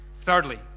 Thirdly